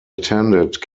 attended